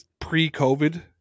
pre-COVID